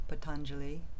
Patanjali